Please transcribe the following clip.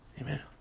Amen